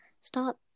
stop